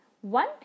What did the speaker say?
one